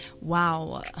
Wow